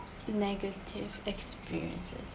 negative experiences